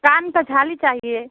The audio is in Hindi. कान का झाली चाहिए